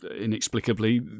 inexplicably